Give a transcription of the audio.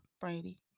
brady